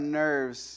nerves